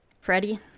Freddie